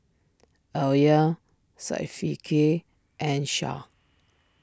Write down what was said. Alya Syafiqah and Shah